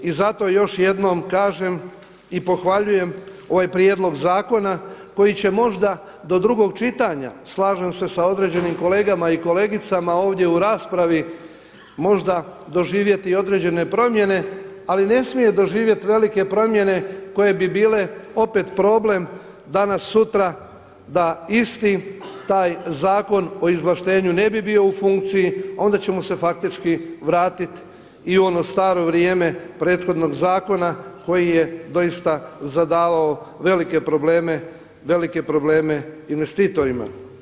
I zato još jednom kažem i pohvaljujem ovaj prijedlog zakona koji će možda do drugog čitanja, slažem se sa određenim kolegama i kolegicama ovdje u raspravi, možda doživjeti i određene promjene, ali ne smije doživjeti velike promjene koje bi bile opet problem danas sutra da isti taj zakon o izvlaštenju ne bi bio u funkciji, onda ćemo se faktički vratiti i u ono staro vrijeme prethodnog zakona koji se doista zadavao velike probleme investitorima.